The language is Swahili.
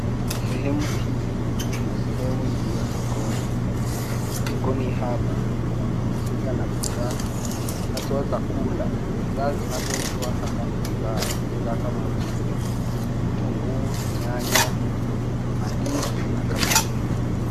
Sehemu hii ni sehemu iliyo sokoni. Sokoni hapa pana husika na bidhaa haswa za kula. Bidhaa zinazouzwa hapa ni bidhaa kama vile vitunguu, nyanya, mandizi na kadhalika.